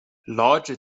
larger